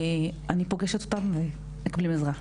אני פוגשת אותם והם מקבלים עזרה.